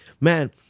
man